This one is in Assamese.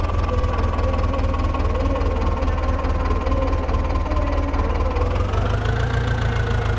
গোটেই বানপানীয়ে মানে গোটেই পানী গাঁওবিলাকত আমাৰ পানীৰ যথেষ্ট পৰিমাণে পানী হৈ গৈছে ঘৰৰ ভিতৰত পানী সোমাই গৈছে